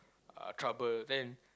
uh trouble then